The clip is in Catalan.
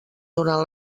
durant